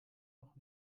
doch